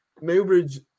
Newbridge